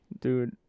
Dude